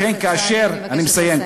לכן, כאשר, חבר הכנסת סעדי, אני מבקשת לסיים.